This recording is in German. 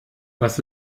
was